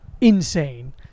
insane